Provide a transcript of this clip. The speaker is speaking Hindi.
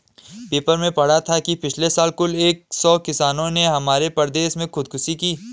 पेपर में पढ़ा था कि पिछले साल कुल एक सौ किसानों ने हमारे प्रदेश में खुदकुशी की